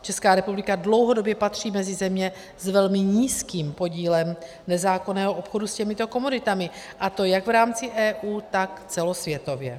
Česká republika dlouhodobě patří mezi země s velmi nízkým podílem nezákonného obchodu s těmito komoditami, a to jak v rámci EU, tak celosvětově.